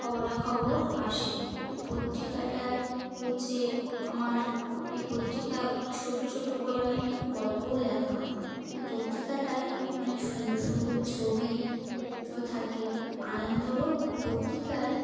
খবরাখবর আসে এ পত্রিকাটায় হচ্ছে আমার এ পত্রিকা ছোটো ছোটো করে অনেক গল্পও লেখা হয় এ পত্রিকাটায় অনেক সুন্দর সুন্দর ছবিও থাকে আনন্দলোক পত্রিকায়